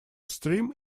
stream